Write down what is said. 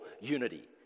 unity